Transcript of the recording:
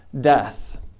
death